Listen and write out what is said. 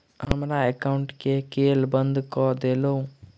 हमरा एकाउंट केँ केल बंद कऽ देलु?